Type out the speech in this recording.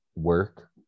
work